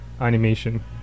animation